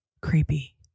creepy